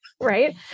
right